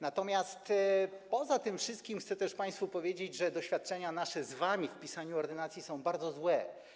Natomiast poza tym wszystkim chcę też państwu powiedzieć, że nasze doświadczenia z wami w pisaniu ordynacji są bardzo złe.